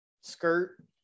skirt